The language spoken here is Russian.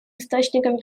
источником